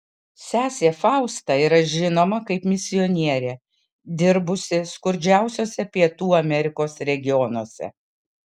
sesė fausta yra žinoma kaip misionierė dirbusi skurdžiausiuose pietų amerikos regionuose